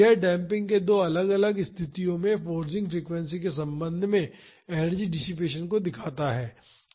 यह डेम्पिंग के दो अलग अलग स्तिथियो में फोर्सिंग फ्रीक्वेंसी के संबंध में एनर्जी डिसिपेसन को दर्शाता है